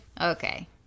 Okay